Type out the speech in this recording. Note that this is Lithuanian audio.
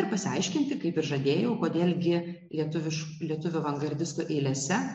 ir pasiaiškinti kaip ir žadėjau kodėl gi lietuviškų lietuvių avangardistų eilėse